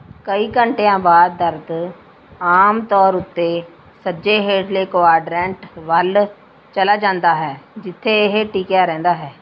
ਕਈ ਘੰਟਿਆਂ ਬਾਅਦ ਦਰਦ ਆਮ ਤੌਰ ਉੱਤੇ ਸੱਜੇ ਹੇਠਲੇ ਕੁਆਡ੍ਰੈਂਟ ਵੱਲ ਚਲਾ ਜਾਂਦਾ ਹੈ ਜਿੱਥੇ ਇਹ ਟਿਕਿਆ ਰਹਿੰਦਾ ਹੈ